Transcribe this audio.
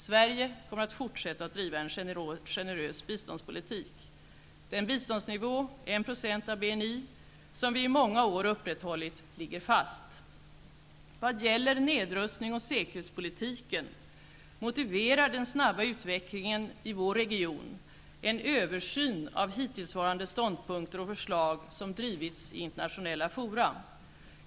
Sverige kommer att fortsätta driva en generös biståndspolitik. Den biståndsnivå -- 1 % av BNI -- som vi i många år upprätthållit ligger fast. Vad gäller nedrustnings och säkerhetspolitiken motiverar den snabba utvecklingen i vår region en översyn av hittillsvarande ståndpunkter och förslag som drivits i internationella fora.